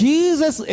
Jesus